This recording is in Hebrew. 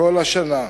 כל השנה.